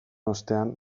ostean